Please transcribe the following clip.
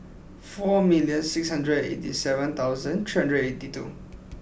four million six hundred eighty seven thousand three hundred eighty two